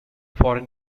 foreign